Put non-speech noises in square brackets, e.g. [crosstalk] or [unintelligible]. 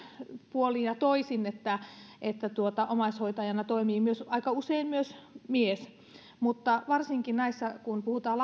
puolin ja toisin niin että omaishoitajana toimii aika usein myös mies mutta varsinkin kun puhutaan [unintelligible]